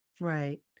Right